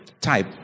type